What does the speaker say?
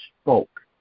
spoke